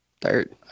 Third